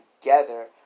together